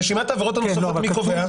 רשימת העבירות הנוספות, מי קובע?